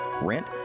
rent